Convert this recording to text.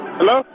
Hello